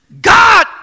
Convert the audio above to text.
God